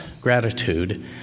gratitude